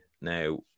Now